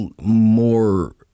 more